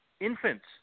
infants